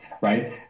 right